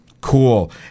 Cool